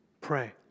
Pray